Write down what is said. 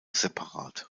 separat